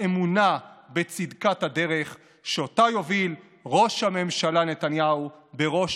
אמונה בצדקת הדרך שאותה יוביל ראש הממשלה נתניהו בראש